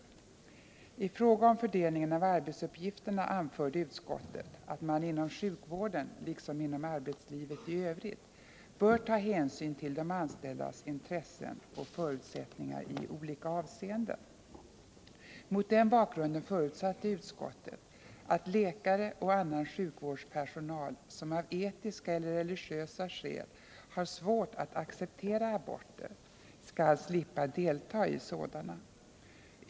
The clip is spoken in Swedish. — Yukvårdspersonal I fråga om fördelningen av arbetsuppgifterna anförde utskottet att man att medverka vid inom sjukvården liksom inom arbetslivet i övrigt bör ta hänsyn till de aborter anställdas intressen och förutsättningar i olika avseenden. Mot den bakgrunden förutsatte utskottet att läkare och annan sjukvårdspersonal som av etiska eller religiösa skäl har svårt att acceptera aborter skall slippa delta i sådana.